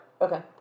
Okay